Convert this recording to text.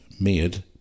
made